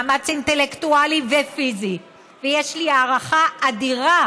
מאמץ אינטלקטואלי ופיזי, ויש לי הערכה אדירה